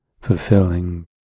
fulfilling